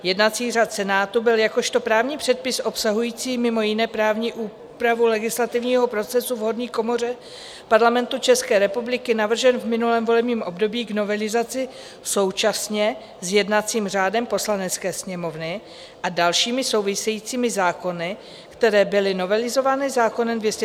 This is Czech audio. Jednací řád Senátu byl jakožto právní předpis obsahující mimo jiné právní úpravu legislativního procesu v horní komoře Parlamentu ČR navržen v minulém volebním období k novelizaci současně s jednacím řádem Poslanecké sněmovny a dalšími souvisejícími zákony, které byly novelizovány zákonem č. 277/2019 Sb.